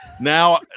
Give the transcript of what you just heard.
now